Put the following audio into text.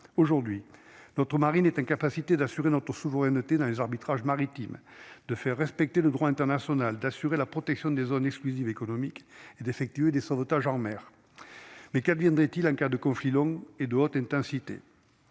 aujourd'hui notre marine est incapacité d'assurer notre souveraineté dans les arbitrages maritime de faire respecter le droit international, d'assurer la protection des zones exclusives économiques et d'effectuer des sauvetages en mer, mais qu'elle viendra-t-il en cas de conflit longue et de haute intensité,